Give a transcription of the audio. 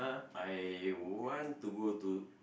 I want to go to